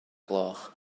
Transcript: gloch